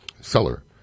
seller